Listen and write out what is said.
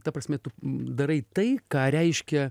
ta prasme tu darai tai ką reiškia